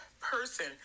person